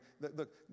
Look